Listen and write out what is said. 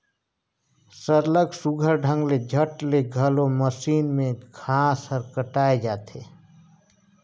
सरलग सुग्घर ढंग ले झट ले घलो मसीन में घांस हर कटाए जाथे